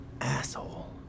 Asshole